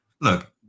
look